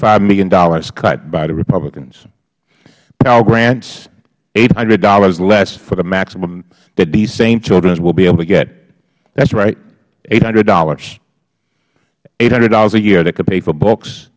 five million dollars cut by the republicans pell grants eight hundred dollars less for the maximum that these same children will be able to get that is right eight hundred dollars eight hundred dollars a year that could pay for books